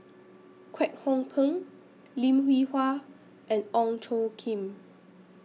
Kwek Hong Png Lim Hwee Hua and Ong Tjoe Kim